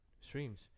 streams